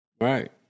Right